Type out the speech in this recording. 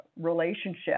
relationship